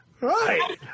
Right